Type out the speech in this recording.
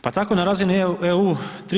Pa tako na razini EU 3/